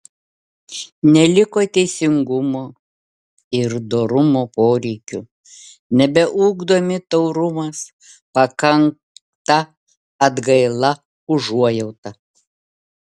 neliko teisingumo ir dorumo poreikių nebeugdomi taurumas pakanta atgaila užuojauta